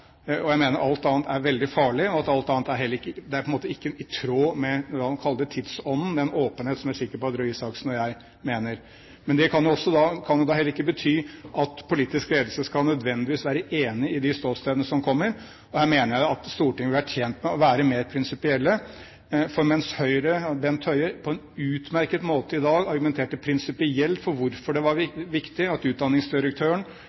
Jeg mener at alt annet er veldig farlig, og at alt annet ikke er i tråd med hva man kaller tidsånden – den åpenheten som jeg er sikker på at Røe Isaksen og jeg deler. Men det kan heller ikke bety at politisk ledelse nødvendigvis skal være enig i de ståstedene som kommer. Her mener jeg Stortinget ville vært tjent med å være mer prinsipielle, for mens Høyre og Bent Høie på en utmerket måte i dag argumenterte prinsipielt for hvorfor det var